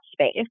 space